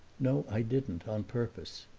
no, i didn't on purpose.